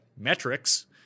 metrics